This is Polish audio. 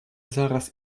zaraz